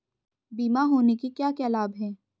बीमा होने के क्या क्या लाभ हैं?